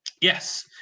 Yes